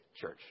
church